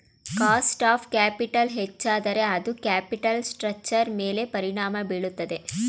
cost of capital ಹೆಚ್ಚಾದರೆ ಅದು capital ಸ್ಟ್ರಕ್ಚರ್ನ ಮೇಲೆ ಪರಿಣಾಮ ಬೀರುತ್ತದೆ